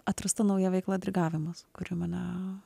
atrasta nauja veikla dirigavimas kuri mane